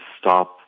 stop